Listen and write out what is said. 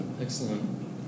Excellent